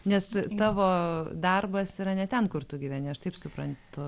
nes tavo darbas yra ne ten kur tu gyveni aš taip suprantu